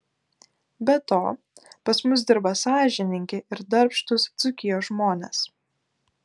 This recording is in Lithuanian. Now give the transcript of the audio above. be to pas mus dirba sąžiningi ir darbštūs dzūkijos žmonės